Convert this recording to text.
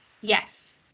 Yes